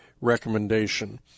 recommendation